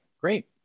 great